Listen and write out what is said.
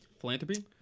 philanthropy